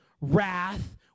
wrath